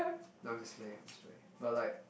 no i'm just playing i'm just playing but like